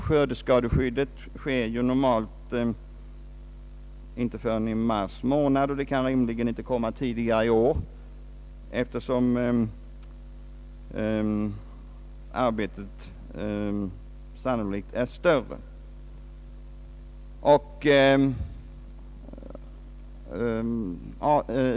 Skördeskadeskyddet utlöses ju normalt inte förrän i mars månad, och det kan väl knappast bli tidigare den här gången.